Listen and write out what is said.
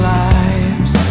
lives